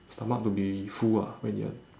stomach to be full ah when you're